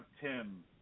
Tim